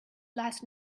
last